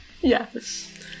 Yes